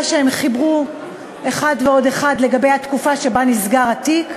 שהם חיברו אחת ועוד אחת לגבי התקופה שבה נסגר התיק,